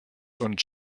und